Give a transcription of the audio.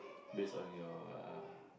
based on your uh